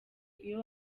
iyo